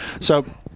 So-